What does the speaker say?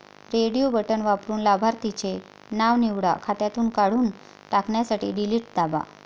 radio button वापरून लाभार्थीचे नाव निवडा, खात्यातून काढून टाकण्यासाठी डिलीट दाबा